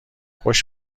خوش